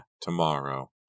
tomorrow